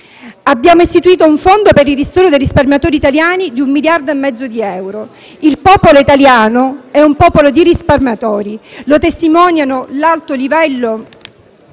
Abbiamo istituito un fondo per il ristoro dei risparmiatori italiani di un miliardo e mezzo di euro. Il popolo italiano è un popolo di risparmiatori, lo testimoniano l'alto livello